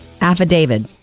Affidavit